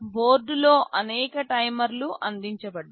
బోర్డులో అనేక టైమర్లు అందించబడ్డాయి